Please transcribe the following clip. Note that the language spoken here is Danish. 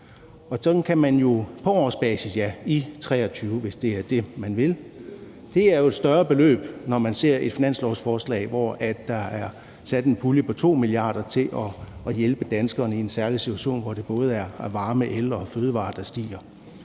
staten 6,8 mia. kr. på årsbasis i 2023, hvis det er det, man vil. Det er jo et større beløb, når man ser et finanslovsforslag, hvor der er sat en pulje på 2 mia. kr. af til at hjælpe danskerne i en særlig situation, hvor det er prisen på både varme, el og fødevarer, der stiger.